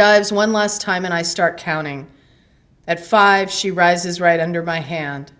does one last time and i start counting at five she rises right under my hand